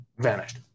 vanished